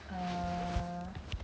uh